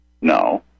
No